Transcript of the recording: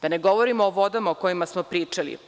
Da ne govorimo o vodama, o kojima smo pričali.